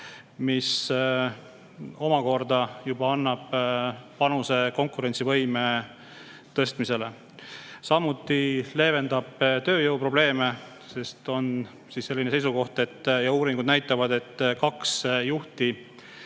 omakorda panuse konkurentsivõime tõstmisesse, samuti leevendab tööjõuprobleeme, sest on selline seisukoht ja uuringud näitavad, et kaks juhti